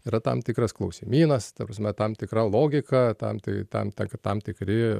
yra tam tikras klausimynas ta prasme tam tikra logika tam tai tam kad tam tikri